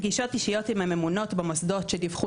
פגישות אישיות עם הממונות במוסדות שדיווחו